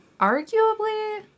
arguably